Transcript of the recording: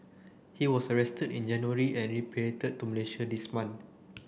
he was arrested in January and repatriated to Malaysia this month